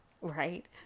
right